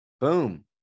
boom